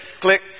click